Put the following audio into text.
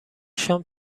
شام